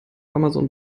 amazon